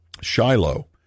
Shiloh